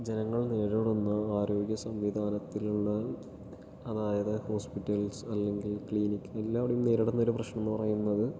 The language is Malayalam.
ജനങ്ങൾ നേരിടുന്ന ആരോഗ്യ സംവിധാനത്തിലുള്ള അതായത് ഹോസ്പിറ്റൽസ് അല്ലെങ്കിൽ ക്ലിനിക്ക് എല്ലാവിടെയും നേരിടുന്ന ഒരു പ്രശ്നം എന്ന് പറയുന്നത്